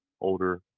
older